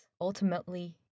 ultimately